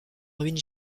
ruine